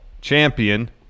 champion